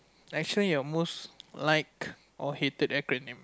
actually your most liked or hated acronym